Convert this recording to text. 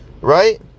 right